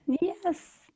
Yes